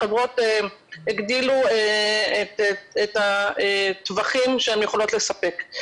החברות הגדילו את הטווחים שהן יכולות לספק.